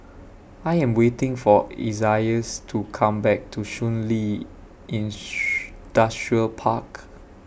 I Am waiting For Isaias to Come Back to Shun Li Park